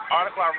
Article